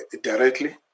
directly